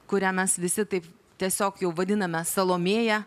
kurią mes visi taip tiesiog jau vadiname salomėja